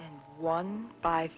in one by